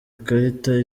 ikarita